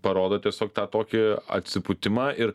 parodo tiesiog tą tokį atsipūtimą ir